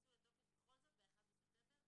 ייכנסו לתוקף בכל זאת ב-1 בספטמבר,